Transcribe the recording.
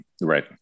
Right